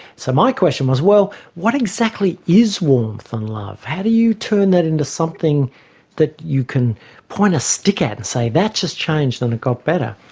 so my question was, well, what exactly is warmth and love? how do you turn that into something that you can point a stick at and say that just changed and it got better?